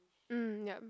um yup